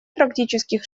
практических